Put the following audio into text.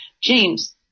james